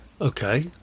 okay